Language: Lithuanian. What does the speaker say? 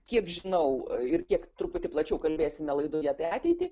kiek žinau ir kiek truputį plačiau kalbėsime laidoje apie ateitį